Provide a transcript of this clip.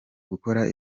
gukora